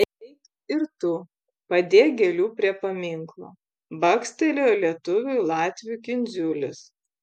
eik ir tu padėk gėlių prie paminklo bakstelėjo lietuviui latvių kindziulis